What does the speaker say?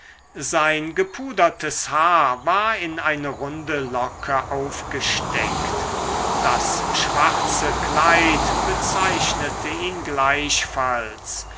sein gepudertes haar war in eine runde locke aufgesteckt das schwarze kleid bezeichnete ihn gleichfalls